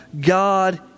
God